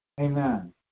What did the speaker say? Amen